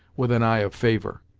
with an eye of favor.